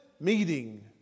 Meeting